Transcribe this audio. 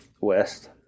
west